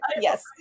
yes